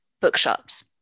bookshops